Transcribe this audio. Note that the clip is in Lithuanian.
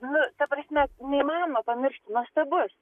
nu ta prasme neįmanoma pamiršti nuostabus